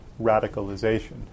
radicalization